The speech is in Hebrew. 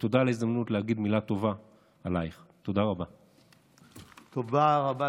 תודה על ההזדמנות לומר עלייך מילה טובה.